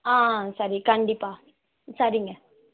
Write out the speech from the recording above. ஆ ஆ சரி கண்டிப்பாக சரிங்க